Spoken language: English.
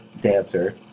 dancer